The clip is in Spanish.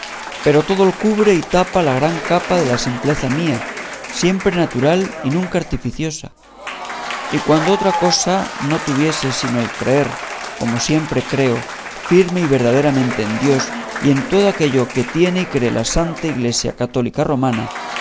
pero todo lo cubre y tapa la gran capa de la simpleza mía siempre natural y nunca artificiosa y cuando otra cosa no tuviese sino el creer como siempre creo firme y verdaderamente en dios y en todo aquello que tiene y cree la santa iglesia católica romana